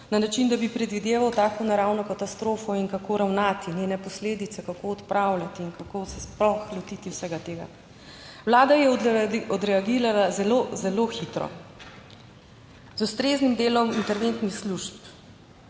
na način, da bi predvideval tako naravno katastrofo in kako ravnati in njene posledice, kako odpravljati in kako se sploh lotiti vsega tega. Vlada je odreagirala zelo, zelo hitro, z ustreznim delom interventnih služb.